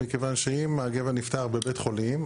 כיוון שאם הגבר נפטר בבית חולים,